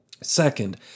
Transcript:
Second